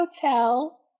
hotel